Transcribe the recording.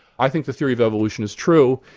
i think the theory of evolution is true,